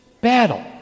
battle